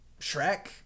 Shrek